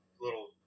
little